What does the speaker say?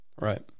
Right